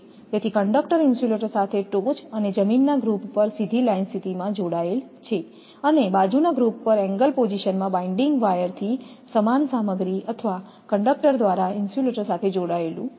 તેથી conductor insulator સાથે ટોચ અને જમીનના ગ્રુપ પર સીધી લાઇન સ્થિતિમાં જોડાયેલ છેઅને બાજુના ગ્રુપ પર એંગલ પોઝીશન માં બાઈન્ડિંગ વાયર થી સમાન સામગ્રી અથવા કંડક્ટર દ્વારા ઇન્સ્યુલેટર સાથે જોડાયેલું છે